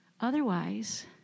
Otherwise